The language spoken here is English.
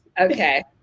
Okay